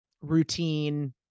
routine